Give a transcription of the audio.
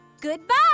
Goodbye